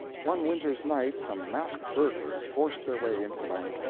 one winter's night some masked burglars forced their way into the bank,